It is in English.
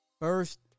first